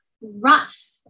rough